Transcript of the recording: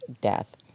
death